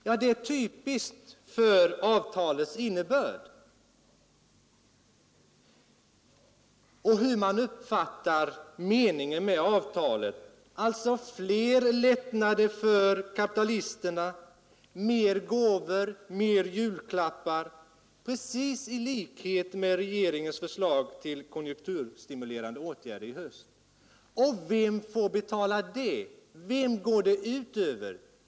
Detta är typiskt för avtalets innebörd och hur man uppfattar meningen med avtalet: fler lättnader för kapitalisterna, fler gåvor och mera julklappar — precis i likhet med regeringens förslag till konjunkturstimulerande åtgärder i höst. Och vem får betala det? Vem går det ut över?